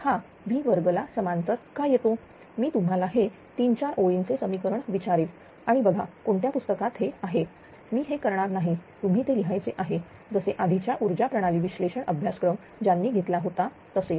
हा V2 ला समांतर का येतो मी तुम्हाला हे 3 4 ओळीचे समीकरण विचारेल आणि बघा कोणत्या पुस्तकात हे आहे मी हे करणार नाही तुम्ही ते लिहायचे आहे जसे आधीच्या ऊर्जा प्रणाली विश्लेषण अभ्यासक्रम ज्यांनी घेतला होता तसे